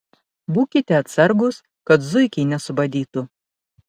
būkite atsargūs kad zuikiai nesubadytų